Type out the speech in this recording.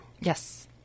yes